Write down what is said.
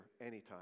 anytime